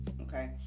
okay